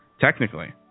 Technically